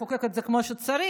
לחוקק את זה כמו שצריך.